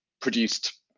produced